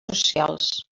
socials